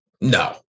No